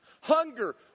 Hunger